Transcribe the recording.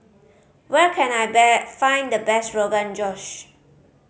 where can I find the best Rogan Josh